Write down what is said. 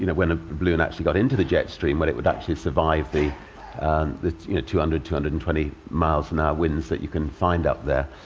you know when a balloon actually got into the jet stream, whether it would survive the and the two hundred, two hundred and twenty miles an hour winds that you can find up there.